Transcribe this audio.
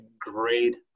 great